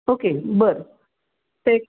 okay बरं ते एक